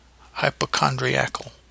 Hypochondriacal